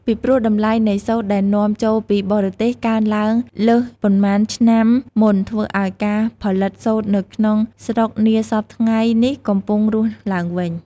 ពីព្រោះ តម្លៃនៃសូត្រដែលនាំចូលពីបរទេសកើនឡើងលើសប៉ុន្មានឆ្នាំមុន ធ្វើឱ្យការផលិតសូត្រនៅក្នុង ស្រុកនាសព្វថ្ងៃនេះកំពុងរស់ឡើងវិញ។